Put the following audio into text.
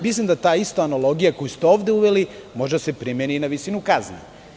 Mislim da ta ista analogija koju ste ovde uveli može da se primeni i na visinu kazne.